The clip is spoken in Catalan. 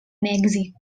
mèxic